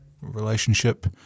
relationship